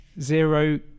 zero